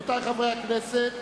רבותי חברי הכנסת,